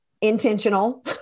intentional